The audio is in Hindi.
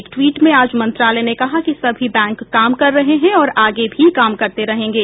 एक ट्वीट में आज मंत्रालय ने कहा कि सभी बैंक काम कर रहे हैं और आगे भी काम करते रहेंगे